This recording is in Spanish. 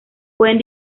pueden